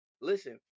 listen